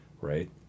right